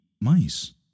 mice